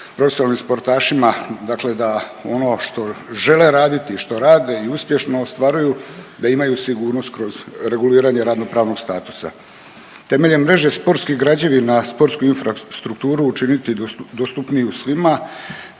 profesionalnim sportašima, dakle da ono što žele raditi, što rade i uspješno ostvaruju da imaju sigurnost kroz reguliranje radno-pravnog statusa. Temeljem mreže sportskih građevina sportsku infrastrukturu učiniti dostupniju svima,